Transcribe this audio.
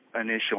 initial